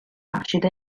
nascita